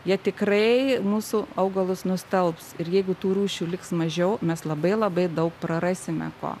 jie tikrai mūsų augalus nustelbs ir jeigu tų rūšių liks mažiau mes labai labai daug prarasime ko